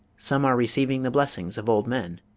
some are receiving the blessings of old men.